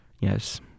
Yes